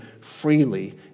freely